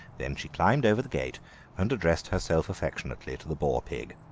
then she climbed over the gate and addressed herself affectionately to the boar-pig.